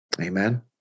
Amen